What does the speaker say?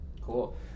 Cool